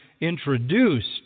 introduced